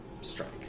strike